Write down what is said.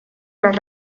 las